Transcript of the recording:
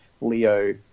Leo